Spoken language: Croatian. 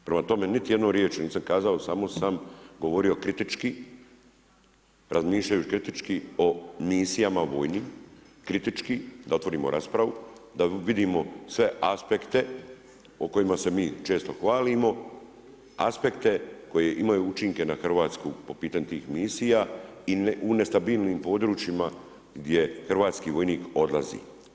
Prema tome, niti jednu riječ nisam kazao samo sam govorio kritički, razmišljajući kritički o misijama vojnim, kritički da otvorimo raspravu, da vidimo sve aspekte o kojima se mi često hvalimo, aspekte koje imaju učinke na Hrvatsku po pitanju tih misija u nestabilnim područjima gdje hrvatski vojnik odlazi.